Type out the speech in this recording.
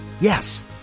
Yes